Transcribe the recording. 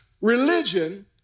Religion